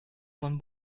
von